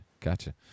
gotcha